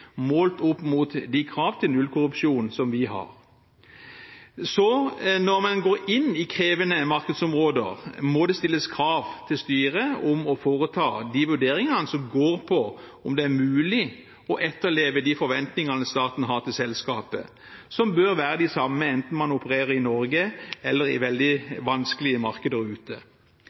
målt opp mot de krav til nullkorrupsjon som vi har. Så når man går inn i krevende markedsområder, må det stilles krav til styret om å foreta de vurderingene som går på om det er mulig å etterleve de forventningene staten har til selskapet, og som bør være de samme enten man opererer i Norge eller i veldig vanskelige markeder ute.